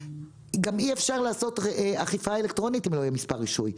גם אי אפשר לעשות אכיפה אלקטרונית אם לא יהיה מספר רישוי.